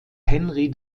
henri